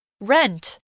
Rent